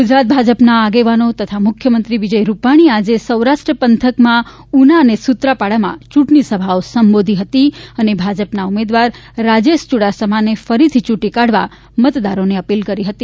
ગુજરાત ભાજપના આગેવાનો તથા મુખ્યમંત્રી વિજય રૂપાલીએ આજે સૌરાષ્ટ્ર પંથકમાં ઊના અને સુત્રાપાડામાં ચ્રૂંટણી સભા સંબોધી હતી અને ભાજપના ઉમેદવાર રાજેશ ચુડાસમાને ફરીથી ચૂંટી કાઢવા મતદારોને અપીલ કરી હતી